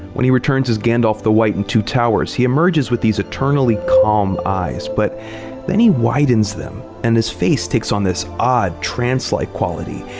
when he returns as gandalf the white in the two towers, he emerges with these eternally calm eyes, but then he widens them, and his face takes on this odd, trance-like quality,